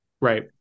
Right